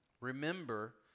remember